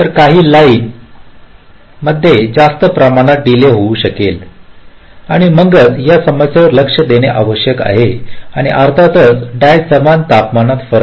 तर काही लाईन मध्ये जास्त प्रमाणात डीले होऊ शकेल आणि मगच या समस्येवर लक्ष देणे आवश्यक आहे आणि अर्थातच डाय समान तापमानात फरक